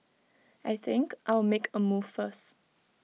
I think I'll make A move first